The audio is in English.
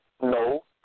no